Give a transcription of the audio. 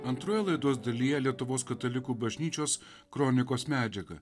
antroje laidos dalyje lietuvos katalikų bažnyčios kronikos medžiaga